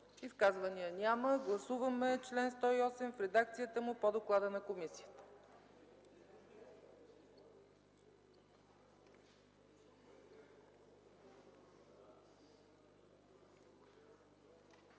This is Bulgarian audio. Изказвания? Няма. Гласуваме чл. 70 в редакцията му по доклада на комисията.